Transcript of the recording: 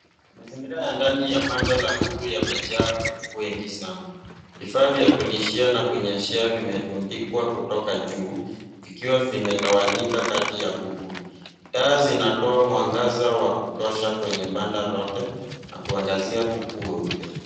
Mazingira ya ndani ya banda la kuku yamejaa kuku wengi sana. Vifaa vya kulishia na kunyeshea zimetundikwa kutoka juu vikiwa vimetawanyika kati ya kuku. Taa zinatoa mwangaza wa kutosha kwenye banda lote na kuangazia kuku weupe.